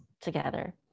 together